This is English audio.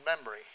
memory